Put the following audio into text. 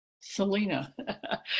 Selena